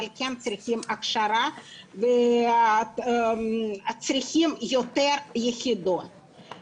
אבל כן צריכים הכשרה וצריכים יותר יחידות.